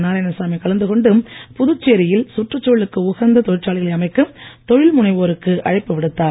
நாராயணசாமி கலந்துகொண்டு புதுச்சேரி யில் சுற்றுச்சூழலுக்கு உகந்த தொழற்சாலைகளை அமைக்க தொழில் முனைவோருக்கு அழைப்பு விடுத்தார்